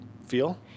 feel